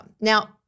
Now